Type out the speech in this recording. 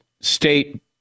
State